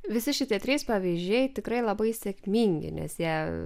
visi šitie trys pavyzdžiai tikrai labai sėkmingi nes jie